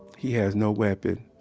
he has no weapon,